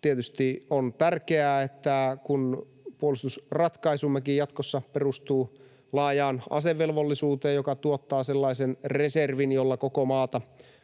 tietysti on tärkeää, että kun puolustusratkaisumme jatkossakin perustuu laajaan asevelvollisuuteen, joka tuottaa sellaisen reservin, jolla koko maata